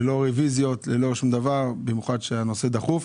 ללא רביזיות, ללא שום דבר, בגלל שהנושא דחוף.